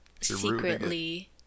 secretly